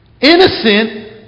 innocent